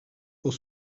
pour